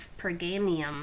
Pergamium